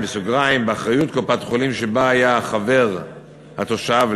באחריות קופת-חולים שבה היה חבר התושב,